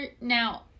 Now